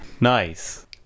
nice